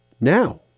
now